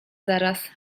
zaraz